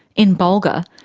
in bulga,